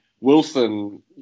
Wilson